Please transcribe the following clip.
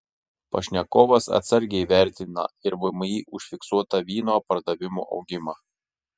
pašnekovas atsargiai vertina ir vmi užfiksuotą vyno pardavimų augimą